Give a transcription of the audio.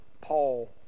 Paul